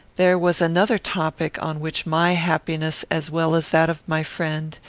there was another topic on which my happiness, as well as that of my friend,